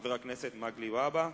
חבר הכנסת מגלי והבה,